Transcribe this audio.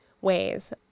ways